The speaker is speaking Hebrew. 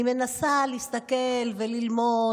אני מנסה להסתכל וללמוד,